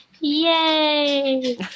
yay